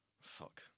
Fuck